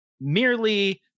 merely